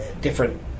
different